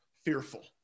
fearful